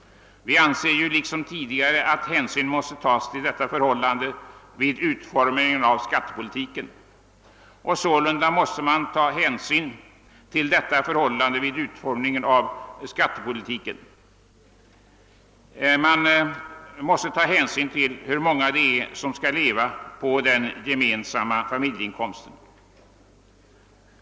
Vi anser nu liksom tidigare att hänsyn måste tagas till detta förhållande vid utformningen av skattepolitiken. Sålunda måste man taga hänsyn till hur många som skall leva på den gemensamma familjeinkomsten.